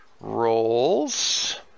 rolls